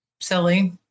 silly